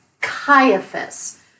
Caiaphas